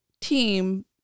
team